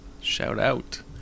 Shout-out